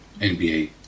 NBA